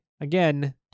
Again